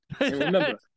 remember